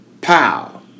pow